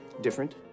different